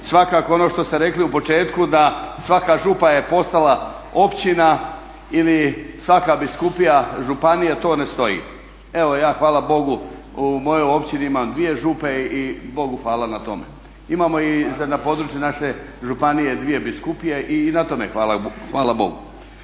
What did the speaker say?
svakako ono što ste rekli u početku, da svaka župa je postala općina ili svaka biskupija županija to ne stoji. Evo ja hvala Bogu u mojoj općini imam dvije župe i bogu hvala na tome. Imamo i na području naše županije dvije biskupije i na tome hvala bogu.